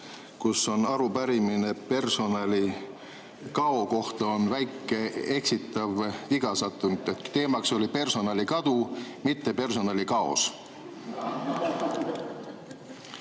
kus on arupärimine personalikao kohta, on väike eksitav viga sattunud. Teemaks oli personalikadu, mitte personalikaos.